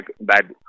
bad